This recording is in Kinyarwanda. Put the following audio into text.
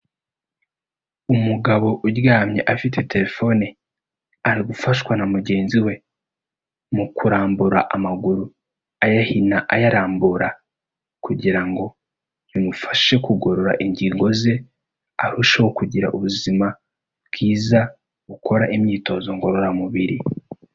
Umugabo uryamye afite telefone, ari gufashwa na mugenzi we mu kurambura amaguru, ayahina ayarambura kugira ngo bimufashe kugorora ingingo ze, arusheho kugira ubuzima bwiza bukora imyitozo ngororamubiri.